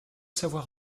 savoir